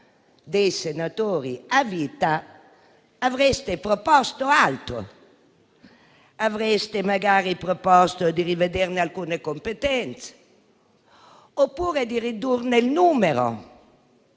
dei senatori a vita, avreste proposto altro, magari di rivederne alcune competenze, oppure di ridurne il numero.